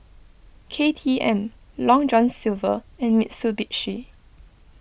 K T M Long John Silver and Mitsubishi